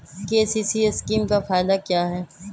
KCC scheme का फायदा क्या है?